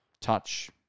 touch